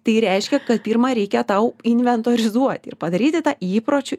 tai reiškia kad pirma reikia tau inventorizuoti ir padaryti tą įpročiu